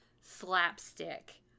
slapstick